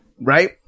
right